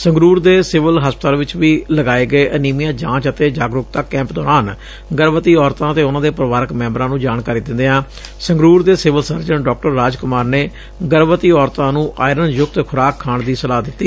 ਸੰਗਰੂਰ ਦੇ ਸਿਵਲ ਹਸਪਤਾਲ ਵਿਚ ਵੀ ਲਗਾਏ ਗਏ ਅਨੀਮੀਆ ਜਾਂਚ ਅਤੇ ਜਾਗਰੂਕਤਾ ਕੈਂਪ ਦੌਰਾਨ ਗਰਭਵਤੀ ਔਰਤਾਂ ਅਤੇ ਉਨੂਾ ਦੇ ਪਰਿਵਾਰਕ ਮੈਂਬਰਾਂ ਨੂੰ ਜਾਣਕਾਰੀ ਦਿੰਦਿਆਂ ਸੰਗਰੂਰ ਦੇ ਸਿਵਲ ਸਰਜਨ ਡਾ ਰਾਜ ਕੁਮਾਰ ਨੇ ਗਰਭਵਤੀ ਔਰਤਾਂ ਨੂੰ ਆਇਰਨ ਯੁਕਤ ਖੁਰਾਕ ਖਾਣ ਦੀ ਸਲਾਹ ਦਿੱਤੀ